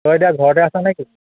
তই এতিয়া ঘৰতে আছ নেকি